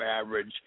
average